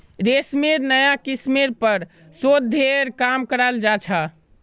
रेशमेर नाया किस्मेर पर शोध्येर काम कराल जा छ